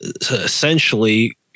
essentially